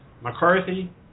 McCarthy